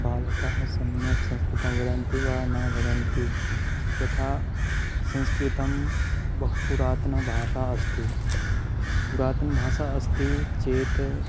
बालकाः सम्यक् संस्कृतं वदन्ति वा न वदन्ति यथा संस्कृतं बहु पुरातनभाषा अस्ति पुरातनभाषा अस्ति चेत्